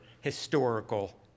historical